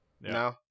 No